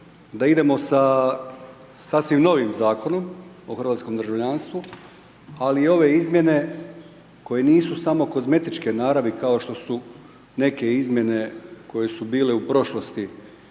da idemo sa sasvim novim Zakonom o hrvatskom državljanstvu, ali ove izmjene koje nisu samo kozmetičke naravi, kao što su neke izmjene koje su bile u prošlosti